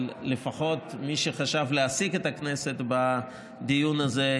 אבל לפחות מי שחשב להעסיק את הכנסת בדיון הזה,